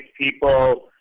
people